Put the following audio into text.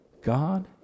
God